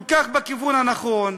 כל כך בכיוון הנכון,